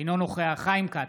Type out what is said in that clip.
אינו נוכח חיים כץ,